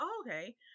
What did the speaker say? okay